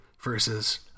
versus